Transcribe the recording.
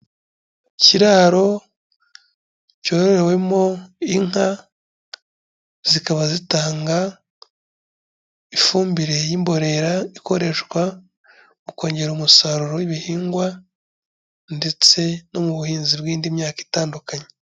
Ikiraro cyororewemo inka, zikaba zitanga ifumbire y'imborera ikoreshwa mu kongera umusaruro w'ibihingwa ndetse no mu buhinzi bw'indi myaka itandukanye.